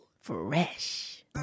fresh